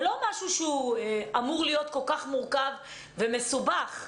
זה לא משהו שאמור להיות מורכב ומסובך כל-כך.